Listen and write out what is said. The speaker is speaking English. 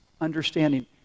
understanding